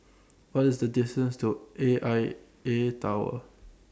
What IS The distance to A I A Tower